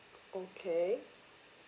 okay